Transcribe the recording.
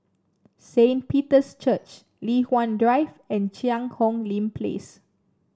Saint Peter's Church Li Hwan Drive and Cheang Hong Lim Place